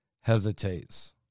hesitates